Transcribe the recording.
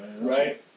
Right